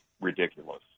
ridiculous